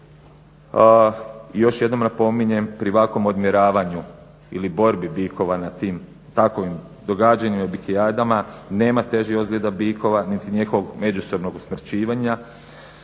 I još jednom napominjem pri ovakvom odmjeravanju ili borbi bikova na tim takovim događanjima i bikijadama nema težih ozljeda bikova niti njihovog međusobnog usmrćivanja,